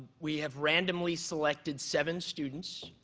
we have randomly selected seven students.